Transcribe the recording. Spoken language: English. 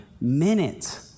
minute